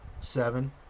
Seven